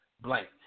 blank